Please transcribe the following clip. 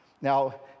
Now